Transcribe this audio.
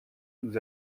nous